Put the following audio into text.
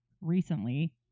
recently